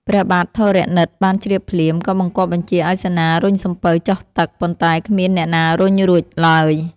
ព្រះបាទធរណិតបានជ្រាបភ្លាម ក៏បង្គាប់បញ្ជាឱ្យសេនារុញសំពៅចុះទឹក ប៉ុន្តែគ្មានអ្នកណារុញរួចឡើយ។